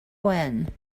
when